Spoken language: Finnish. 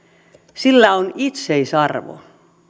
sillä on itseisarvo